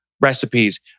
recipes